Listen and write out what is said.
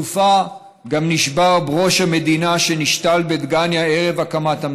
בסופה גם נשבר ברוש המדינה שנשתל בדגניה ערב הקמת המדינה.